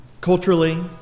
culturally